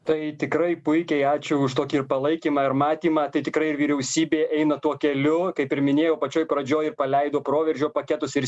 tai tikrai puikiai ačiū už tokį palaikymą ir matymą tai tikrai ir vyriausybė eina tuo keliu kaip ir minėjau pačioj pradžioj ir paleido proveržio paketus ir